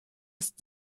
ist